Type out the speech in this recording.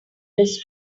this